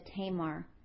Tamar